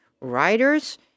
writers